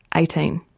eighteen.